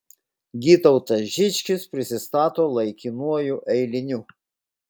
gytautas žičkis prisistato laikinuoju eiliniu